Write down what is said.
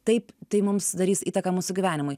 taip tai mums darys įtaką mūsų gyvenimui